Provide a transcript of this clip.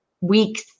weeks